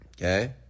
Okay